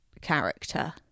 character